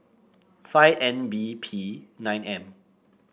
five N B P nine M